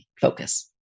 focus